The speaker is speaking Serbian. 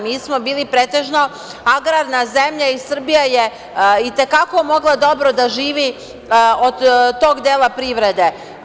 Mi smo bili pretežno agrarna zemlja i Srbije je i te kako mogla dobro da živi od dela privrede.